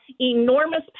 enormous